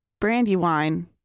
Brandywine